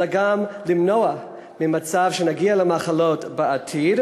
אלא גם במניעת מצב שבגללו נגיע למחלות בעתיד.